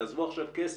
תעזבו עכשיו כסף,